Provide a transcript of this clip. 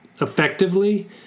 effectively